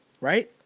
Right